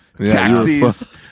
taxis